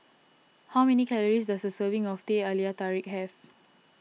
how many calories does a serving of Teh Halia Tarik have